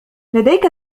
لديك